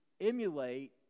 emulate